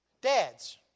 Dads